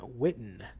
Witten